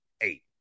eight